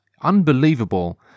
unbelievable